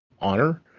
honor